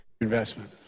Investment